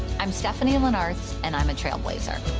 i'm stephanie linnartz, and i'm a trailblazer.